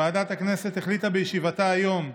ועדת הכנסת החליטה בישיבתה היום,